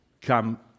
come